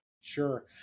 Sure